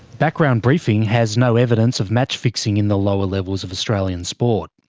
background briefing has no evidence of match fixing in the lower levels of australian sport.